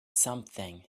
something